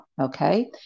okay